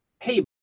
hey